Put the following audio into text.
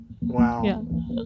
Wow